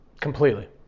Completely